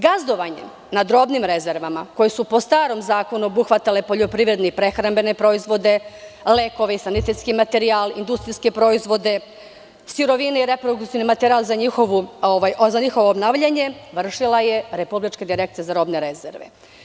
Gazdovanjem nad robnim rezervama koje su po starom zakonu obuhvatale poljoprivredne i prehrambene proizvode, lekove i sanitetski materijal, industrijske proizvode, sirovine i repromaterijal za njihovo obnavljanje, vršila je Republička direkcija za robne rezerve.